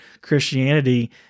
Christianity